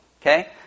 Okay